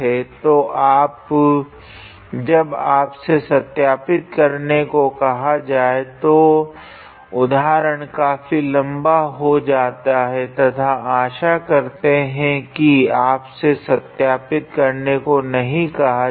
तो जब आपसे सत्यापित करने को कहा जाता है तो उदाहरण काफी लम्बा हो जाता है तथा आशा करते है की आपसे सत्यापित करने को नहीं कहा जाएगा